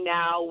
now